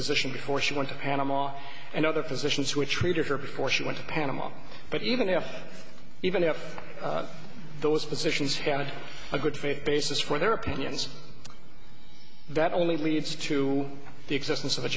physician before she went to panama and other physicians which treated her before she went to panama but even if even if those positions have a good faith basis for their opinions that only leads to the existence of a